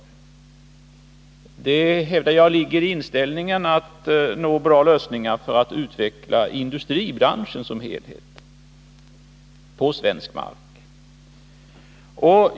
Bakom detta, hävdar jag, ligger inställningen att det går att nå bra lösningar för att utveckla industribranschen som helhet på svensk mark.